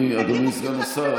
אדוני סגן השר,